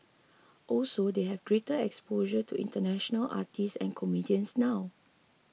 also they have greater exposure to international artists and comedians now